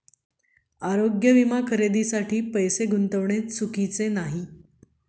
आरोग्य विमा खरेदीसाठी पैसे गुंतविणे चुकीचे नाही